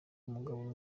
umugabo